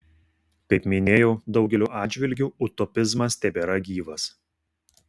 kaip minėjau daugeliu atžvilgių utopizmas tebėra gyvas